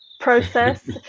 process